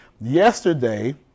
Yesterday